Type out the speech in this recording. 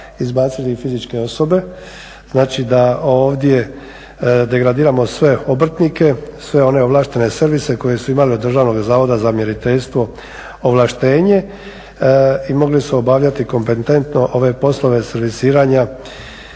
izbacili fizičke osobe, znači da ovdje degradiramo sve obrtnike, sve one ovlaštene servise koje su imale od Državnog zavoda za mjeriteljstvo ovlaštenje i mogle su obavljati kompetentno ove poslove servisiranja